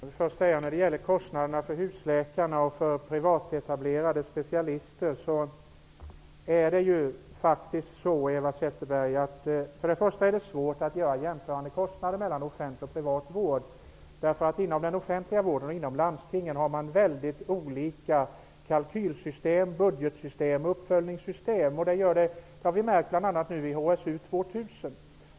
Herr talman! När det gäller kostnaderna för husläkare och för privatetablerade specialister är det faktiskt så, Eva Zetterberg, att det är svårt att göra kostnadsjämförelser mellan offentlig och privat vård. Inom den offentliga vården och inom landstingen har man väldigt olika kalkylsystem, budgetsystem och uppföljningssystem. Det har vi märkt bl.a. i HSU 2000.